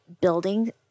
building